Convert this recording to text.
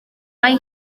mai